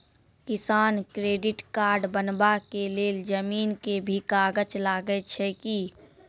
किसान credit card बनबा के लेल जमीन के भी कागज लागै छै कि?